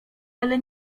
ale